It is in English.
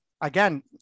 again